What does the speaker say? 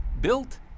built